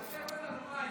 תשתף אותנו,